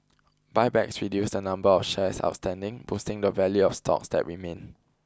buybacks reduce the number of shares outstanding boosting the value of stocks that remain